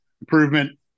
Improvement